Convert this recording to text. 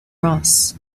ross